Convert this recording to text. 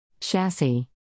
Chassis